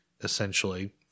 essentially